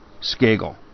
Skagel